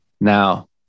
Now